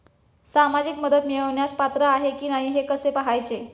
सामाजिक मदत मिळवण्यास पात्र आहे की नाही हे कसे पाहायचे?